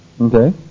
Okay